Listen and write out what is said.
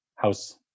House